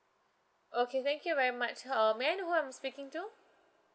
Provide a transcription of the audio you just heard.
okay thank you very much um may I know who I'm speaking to